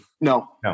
No